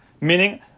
Meaning